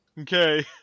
Okay